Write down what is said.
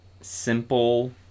simple